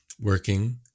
working